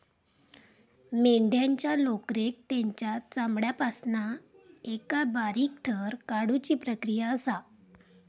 मेंढ्यांच्या लोकरेक तेंच्या चामड्यापासना एका बारीक थर काढुची प्रक्रिया असा